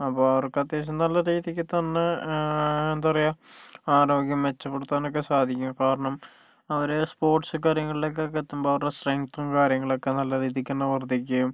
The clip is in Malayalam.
അപ്പൊൾ അവർക്ക് അത്യാവശ്യം നല്ല രീതിക്ക് തന്നെ എന്താ പറയുക ആരോഗ്യം മെച്ചപ്പെടുത്താനൊക്കെ സാധിക്കും കാരണം അവര് സ്പോർട്സ് കാര്യങ്ങളിലേക്കൊക്കെ എത്തുമ്പോൾ അവരുടെ സ്ട്രെങ്ങ്ത്തും കാര്യങ്ങളൊക്കെ നല്ല രീതിക്കന്നെ വർധിക്കുകയും